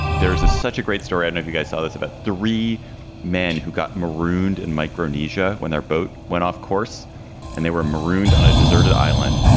there's a such a great story. and if you guys saw this, about three men who got marooned in micronesia when their boat went off course and they were marooned on a deserted island.